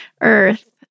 earth